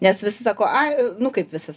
nes visi sako ai nu kaip visas